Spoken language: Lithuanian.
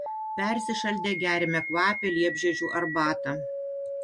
persišaldę geriame kvapią liepžiedžių arbatą